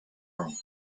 room